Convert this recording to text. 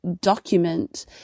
document